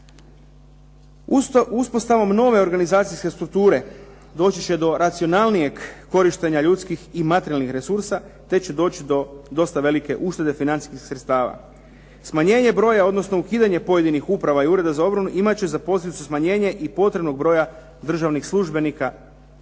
Uspostavom nove organizacijske strukture doći će do racionalnijeg korištenja ljudskih i materijalnih resursa te će doći do dosta velike uštede financijskih sredstava. Smanjenje broja, odnosno ukidanje pojedinih uprava i ureda za obranu imat će za posljedicu smanjenje i potrebnog broja državnih službenika.